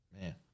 Man